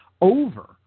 over